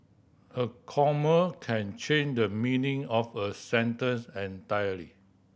a comma can change the meaning of a sentence entirely